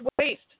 waste